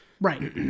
Right